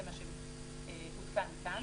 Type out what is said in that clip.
זה מה שהותקן כאן.